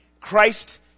christ